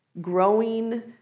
growing